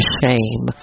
shame